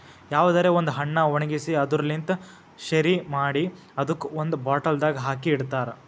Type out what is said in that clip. ಯಾವುದರೆ ಒಂದ್ ಹಣ್ಣ ಒಣ್ಗಿಸಿ ಅದುರ್ ಲಿಂತ್ ಶೆರಿ ಮಾಡಿ ಅದುಕ್ ಒಂದ್ ಬಾಟಲ್ದಾಗ್ ಹಾಕಿ ಇಡ್ತಾರ್